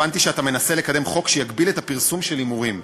הבנתי שאתה מנסה לקדם חוק שיגביל את הפרסום של הימורים.